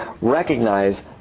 recognize